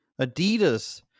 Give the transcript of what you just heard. Adidas